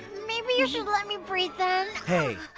maybe you should let me breathe then. hey,